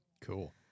Cool